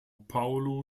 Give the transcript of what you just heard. paulo